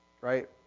right